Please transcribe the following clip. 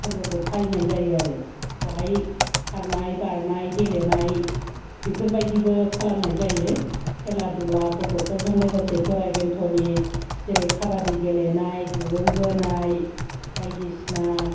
फोरबोखौ फालिनाय जायो आरो बावहाय खारनाय बारनाय गेलेनाय बेफोरबायदिबो खालामनाय जायो खेला दुला गथ'फोरजों लोगोसे बोराय बेन्थ'नि जेरै खाबादि गेलेनाय दुरुं बोनाय बायदिसिना